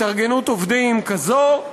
התארגנות עובדים כזאת,